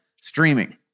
streaming